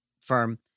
firm